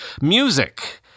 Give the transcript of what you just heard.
music